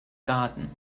garden